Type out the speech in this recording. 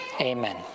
Amen